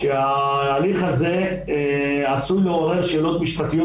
שההליך הזה עשוי לעורר שאלות משפטיות